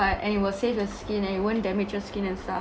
and it will save your skin and it won't damage your skin and stuff